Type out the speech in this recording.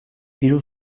hiru